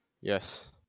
Yes